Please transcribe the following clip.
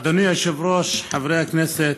אדוני היושב-ראש, חברי הכנסת,